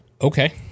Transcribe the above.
Okay